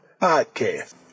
Podcast